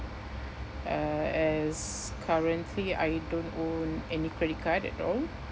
uh as currently I don't own any credit card at all